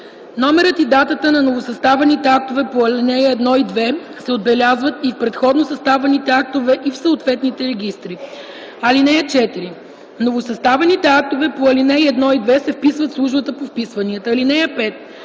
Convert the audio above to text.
Номерът и датата на новосъставените актове по ал. 1 и 2 се отбелязват и в предходно съставените актове и в съответните регистри. (4) Новосъставените актове по ал. 1 и 2 се вписват в службата по вписванията. (5)